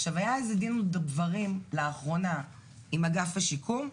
עכשיו היה איזה דין ודברים לאחרונה עם אגף השיקום.